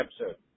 episode